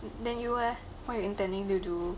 then you eh why you intending to do